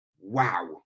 Wow